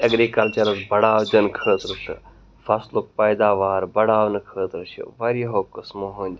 ایٚگرِکَلچَرَس بَڑاو دِنہٕ خٲطرٕ تہٕ فَصلُک پیداوار بَڑاونہٕ خٲطرٕ چھِ واریاہو قٕسمو ہٕنٛدۍ